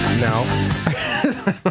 No